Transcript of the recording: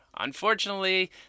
Unfortunately